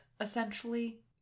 essentially